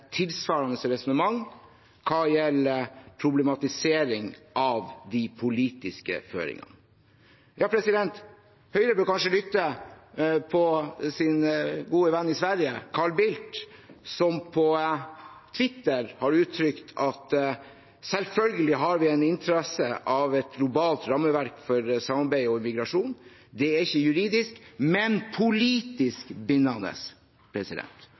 tilsvarende resonnement hva gjelder problematisering av de politiske føringene. Høyre bør kanskje lytte til sin gode venn i Sverige Carl Bildt, som på Twitter har uttrykt: «Selvfølgelig har vi en interesse i et globalt rammeverk for samarbeid om migrasjon. Det er ikke juridisk, men politisk bindende.»